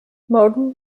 morgen